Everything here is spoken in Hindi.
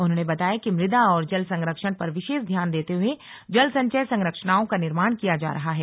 उन्होंने बताया कि मृदा और जल संरक्षण पर विशेष ध्यान देते हुए जल संचय संरचनाओं का निर्माण किया जा रहा है